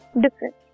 different